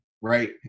right